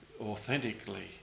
authentically